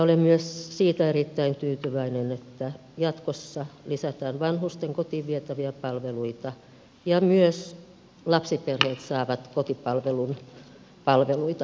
olen myös siitä erittäin tyytyväinen että jatkossa lisätään vanhusten kotiin vietäviä palveluita ja myös lapsiperheet saavat kotipalvelun palveluita jatkossa